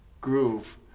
groove